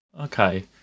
Okay